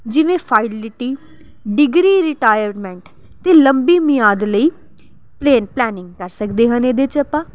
ਜਿਵੇਂ Fidelity degree retirement ਅਤੇ ਲੰਬੀ ਮਿਆਦ ਲਈ ਪਲੇਨ ਪਲੈਨਿੰਗ ਕਰ ਸਕਦੇ ਹਨ ਇਹਦੇ 'ਚ ਆਪਾਂ